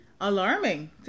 alarming